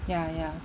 ya ya